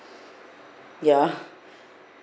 ya